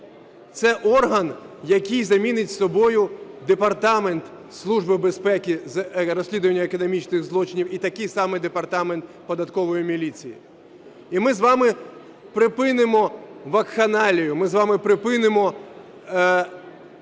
Це орган, який замінить собою Департамент служби розслідування економічних злочинів і такий самий департамент податкової міліції. І ми з вами припинимо вакханалію, ми з вами припинимо